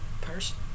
person